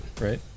right